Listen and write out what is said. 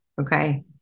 okay